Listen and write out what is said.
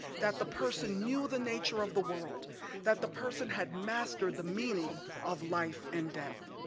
that the person knew the nature of the world, that the person had mastered the meaning of life and death.